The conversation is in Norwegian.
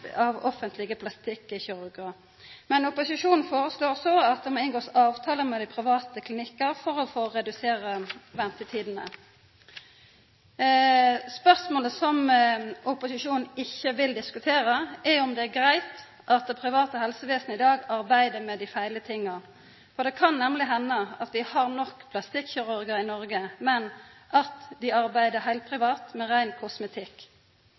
av offentlege plastikkirurgar. Men opposisjonen foreslår så at ein må inngå avtalar med private klinikkar for å redusera ventetida. Det spørsmålet som opposisjonen ikkje vil diskutera, er om det er greitt at det private helsestellet i dag arbeider med dei feile tinga, for det kan nemleg henda at vi har nok plastikkirurgar i Noreg, men at dei arbeider